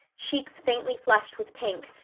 cheeks faintly flushed with pink,